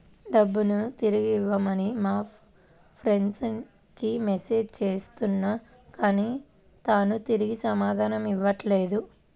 డబ్బుని తిరిగివ్వమని మా ఫ్రెండ్ కి మెసేజ్ చేస్తున్నా కానీ తాను తిరిగి సమాధానం ఇవ్వట్లేదు